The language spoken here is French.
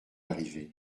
arriver